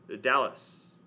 Dallas